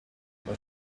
what